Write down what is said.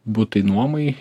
butai nuomai